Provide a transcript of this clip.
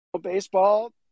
Baseball